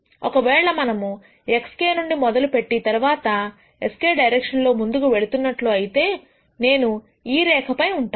ఒకవేళ మనము xk నుండి మొదలు పెట్టి తర్వాత s k డైరెక్షన్ లో ముందుకు వెళుతున్నట్లు అయితే నేను ఈ రేఖపై ఉంటాను